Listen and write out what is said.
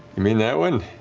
you mean that one?